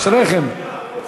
אשריכם.